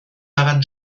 daran